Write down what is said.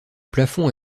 plafond